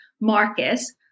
Marcus